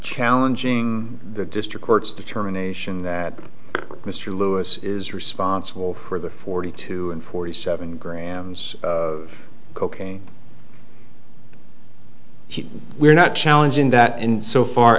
challenging the district court's determination that mr lewis is responsible for the forty to forty seven grams of cocaine we're not challenging that in so far